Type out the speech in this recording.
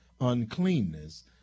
uncleanness